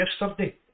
yesterday